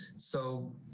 so,